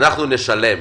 אנחנו נשלם,